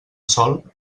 sòl